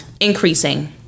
increasing